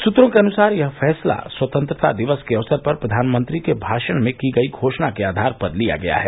सूत्रों के अनुसार यह फैसला स्वतंत्रता दिवस के अवसर पर प्रधानमंत्री के भाषण में की गई घोषणा के आधार पर लिया गया है